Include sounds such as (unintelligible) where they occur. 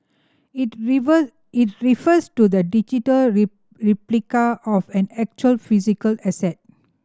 it river it refers to the digital (unintelligible) replica of an actual physical asset